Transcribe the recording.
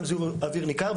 גם זיהום אוויר ניכר,